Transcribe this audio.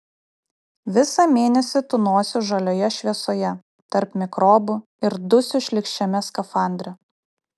visą mėnesį tūnosiu žalioje šviesoje tarp mikrobų ir dusiu šlykščiame skafandre